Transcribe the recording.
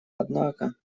однако